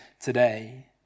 today